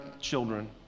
children